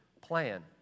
plan